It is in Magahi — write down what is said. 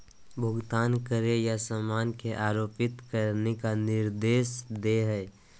भुगतान करे या सामान की आपूर्ति करने के निर्देश दे हइ